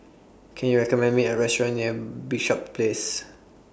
Can YOU recommend Me A Restaurant near Bishops Place